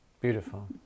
beautiful